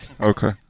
Okay